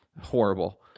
Horrible